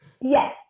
yes